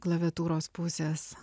klaviatūros pusės